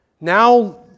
Now